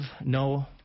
no